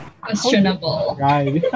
questionable